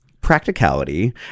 practicality